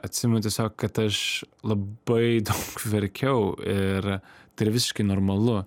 atsimenu tiesiog kad aš labai daug verkiau ir tai yra visiškai normalu